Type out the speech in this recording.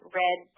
red